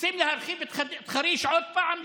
רוצים להרחיב את חריש עוד פעם,